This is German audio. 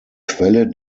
quelle